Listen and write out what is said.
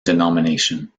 denomination